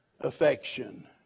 affection